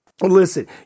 Listen